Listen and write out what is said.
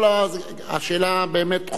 השאלה באמת חוזרת,